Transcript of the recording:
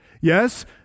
Yes